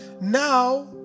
now